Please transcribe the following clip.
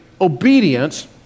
obedience